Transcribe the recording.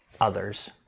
others